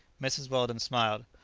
mrs. weldon smiled.